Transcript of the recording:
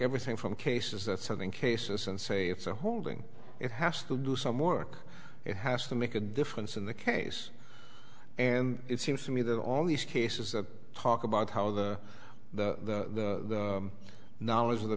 everything from cases that's something cases and say it's a holding it has to do some work it has to make a difference in the case and it seems to me that all these cases talk about how the knowledge of the